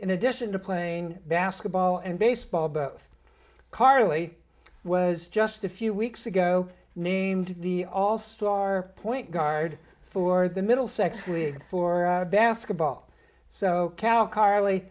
in addition to playing basketball and baseball but carly was just a few weeks ago named the all star point guard for the middlesex lee for our basketball so cal carly